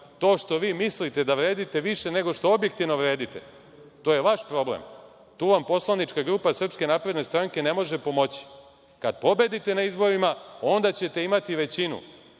to što vi mislite da vredite više nego što objektivno vredite, to je vaš problem, tu vam poslanička grupa SNS ne može pomoći. Kada pobedite na izborima, onda ćete imati većinu